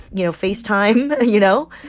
you know, facetime, you know?